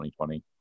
2020